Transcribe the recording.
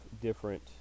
different